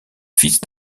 fils